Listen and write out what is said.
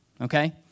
okay